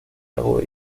lago